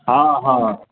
हँ हँ